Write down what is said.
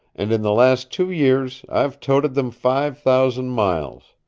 and in the last two years i've toted them five thousand miles.